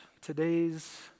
today's